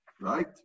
right